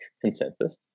consensus